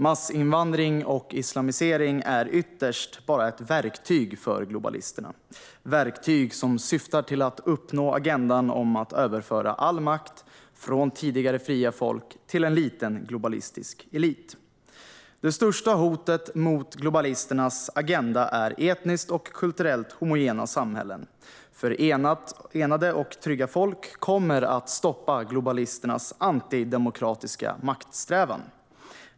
Massinvandring och islamisering är ytterst bara ett verktyg för globalisterna, ett verktyg som syftar till att uppnå agendan om att överföra all makt från tidigare fria folk till en liten globalistisk elit. Det största hotet mot globalisternas agenda är etniskt och kulturellt homogena samhällen, för enade och trygga folk kommer att stoppa globalisternas antidemokratiska maktsträvan.